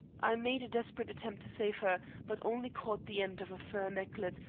i made a desperate attempt to save her, but only caught the end of a fur necklet,